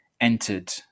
entered